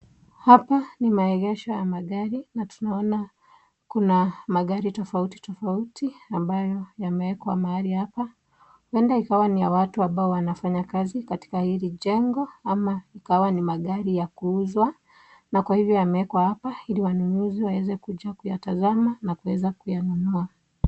Hapa ni maegesho ya magari na tunaona kuna magari tofauti tofauti ambayo yameekwa mahali hapa, ueda ikiwa ni ya watu ambao wanafanya kazi katika hili jengo ama ikawa ni magari ya kuuzwa na kwa hivyo yameekwa hapa ili wanunuzi waweze kuja kuyatazama na kuweza kuyanunua.